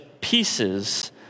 pieces